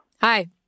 Hi